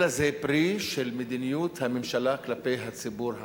אלא זה פרי של מדיניות הממשלה כלפי הציבור הערבי.